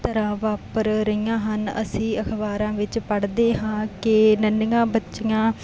ਤਰ੍ਹਾਂ ਵਾਪਰ ਰਹੀਆਂ ਹਨ ਅਸੀਂ ਅਖਬਾਰਾਂ ਵਿੱਚ ਪੜ੍ਹਦੇ ਹਾਂ ਕਿ ਨੰਨ੍ਹੀਆਂ ਬੱਚੀਆਂ